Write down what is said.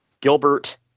Gilbert